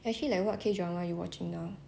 ha I like kim soo hyun